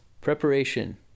Preparation